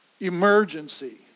emergency